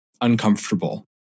uncomfortable